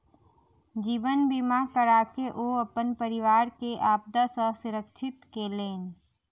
जीवन बीमा कराके ओ अपन परिवार के आपदा सॅ सुरक्षित केलैन